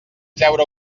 treure